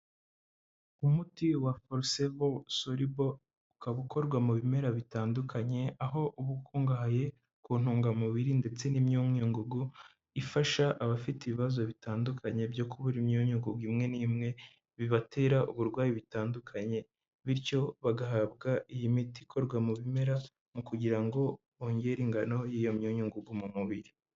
Umuti wa Forceval soluble ukaba ukorwa mu bimera bitandukanye, aho uba ukungahaye ku ntungamubiri ndetse n'imyunyungugu ifasha abafite ibibazo bitandukanye byo kubura imyunyungugu imwe n'imwe, bibatera uburwayi butandukanye, bityo bagahabwa iyi miti ikorwa mu bimera mu kugira ngo bongere ingano y'iyo myunyungugu mu mubiri.